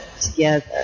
together